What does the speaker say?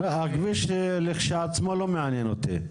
הכביש לכשעצמו לא מעניין אותי.